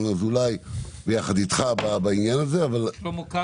אזולאי ביחד איתך בעניין הזה --- ושלמה קרעי.